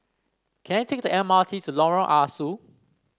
can I take the M R T to Lorong Ah Soo